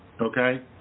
okay